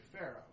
pharaoh